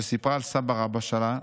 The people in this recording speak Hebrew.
שסיפרה על סבא רבא שלה,